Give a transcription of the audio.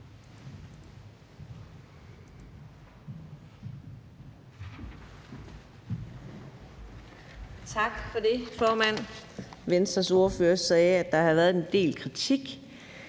Tak for det,